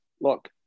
look